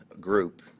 group